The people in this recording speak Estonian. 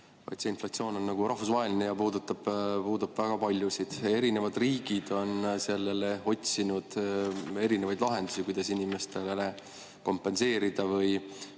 vaid inflatsioon on rahvusvaheline ja puudutab väga paljusid. Erinevad riigid on otsinud erinevaid lahendusi, kuidas inimestele see kompenseerida või